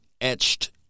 etched